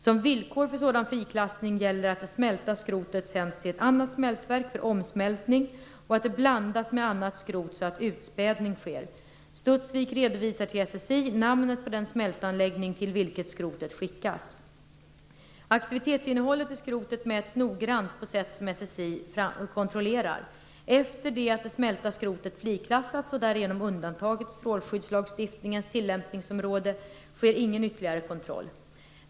Som villkor för sådan friklassning gäller att det smälta skrotet sänds till ett annat smältverk för omsmältning och att det blandas med annat skrot så att utspädning sker. Studsvik AB redovisar till SSI namnet på den smältanläggning till vilket skrotet skickas. Aktivitetsinnehållet i skrotet mäts noggrant på sätt som SSI kontrollerar. Efter det att det smälta skrotet friklassats och därigenom undantagits strålskyddslagstiftningens tillämpningsområde sker ingen ytterligare kontroll.